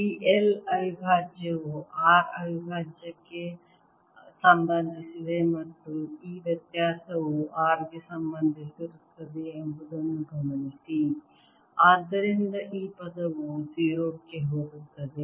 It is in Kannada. D l ಅವಿಭಾಜ್ಯವು r ಅವಿಭಾಜ್ಯಕ್ಕೆ ಸಂಬಂಧಿಸಿದೆ ಮತ್ತು ಈ ವ್ಯತ್ಯಾಸವು r ಗೆ ಸಂಬಂಧಿಸಿರುತ್ತದೆ ಎಂಬುದನ್ನು ಗಮನಿಸಿ ಆದ್ದರಿಂದ ಈ ಪದವು 0 ಕ್ಕೆ ಹೋಗುತ್ತದೆ